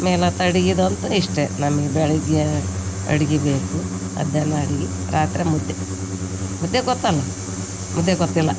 ಆಮೇಲಾತು ಅಡ್ಗೆದಂತೂ ಇಷ್ಟೇ ನಮಗೆ ಬೆಳಿಗ್ಗೆ ಅಡ್ಗೆ ಬೇಕು ಮಧ್ಯಾಹ್ನ ಅಡ್ಗೆ ರಾತ್ರೆ ಮುದ್ದೆ ಮುದ್ದೆ ಗೊತ್ತಲ್ಲ ಮುದ್ದೆ ಗೊತ್ತಿಲ್ಲ